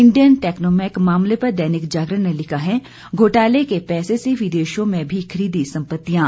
Indian Technomac मामले पर दैनिक जागरण ने लिखा है घोटाले के पैसे से विदेशों में भी खरीदी संपतियां